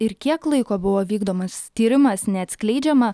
ir kiek laiko buvo vykdomas tyrimas neatskleidžiama